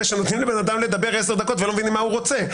שנותנים לבן אדם לדבר 10 דקות ולא מבינים מה הוא רוצה.